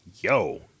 yo